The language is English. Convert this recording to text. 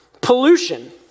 pollution